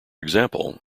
example